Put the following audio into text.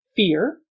Fear